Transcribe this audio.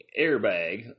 airbag